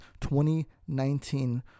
2019